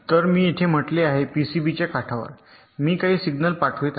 तर मी येथे असे म्हटले आहे पीसीबीच्या काठावर मी काही सिग्नल पाठवित आहे